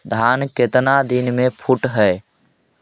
धान केतना दिन में फुट है?